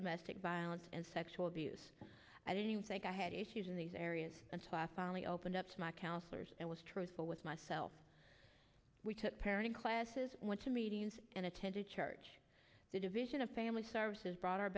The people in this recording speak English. domestic violence and sexual abuse i didn't think i had issues in these areas until i finally opened up to my counsellors and was truthful with myself we took parenting classes went to meetings and attended church the division of family services brought our